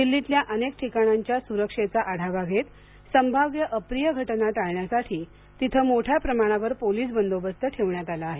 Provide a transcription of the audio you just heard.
दिल्लीतल्या अनेक ठिकाणांच्या स्रक्षेचा आढावा घेत संभाव्य अप्रिय घटना टाळण्यासाठी तिथं मोठ्या प्रमाणावर पोलीस बंदोबस्त ठेवण्यात आला आहे